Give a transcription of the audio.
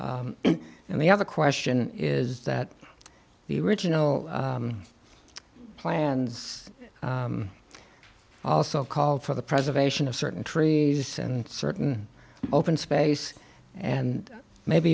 and the other question is that the original plans also called for the preservation of certain trees and certain open space and maybe